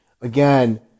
again